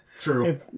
True